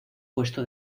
puesto